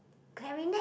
clarinet